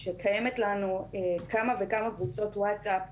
שקיימת לנו כמה וכמה קבוצות ווטסאפ,